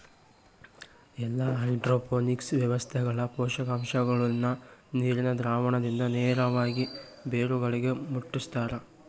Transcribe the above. ಎಲ್ಲಾ ಹೈಡ್ರೋಪೋನಿಕ್ಸ್ ವ್ಯವಸ್ಥೆಗಳ ಪೋಷಕಾಂಶಗುಳ್ನ ನೀರಿನ ದ್ರಾವಣದಿಂದ ನೇರವಾಗಿ ಬೇರುಗಳಿಗೆ ಮುಟ್ಟುಸ್ತಾರ